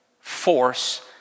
force